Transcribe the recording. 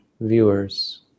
viewers